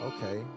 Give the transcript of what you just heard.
Okay